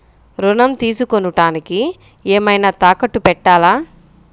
ఋణం తీసుకొనుటానికి ఏమైనా తాకట్టు పెట్టాలా?